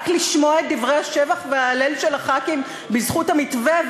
רק לשמוע את דברי השבח וההלל של חברי הכנסת בזכות המתווה,